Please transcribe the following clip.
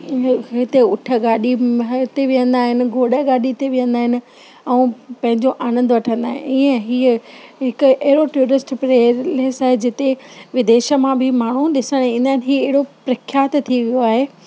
हिते उठ गाॾी ते विहंदा आहिनि घोड़ा गाॾी ते विहंदा आहिनि ऐं पंहिंजो आनंद वठंदा आहिनि ईएं इहे हिकु अहिड़ो टूडिस्ट प्रेलिस आहे जिते विदेश मां बि माण्हू ॾिसणु ईंदा आहिनि हीउ अहिड़ो प्रख्यात थी वियो आहे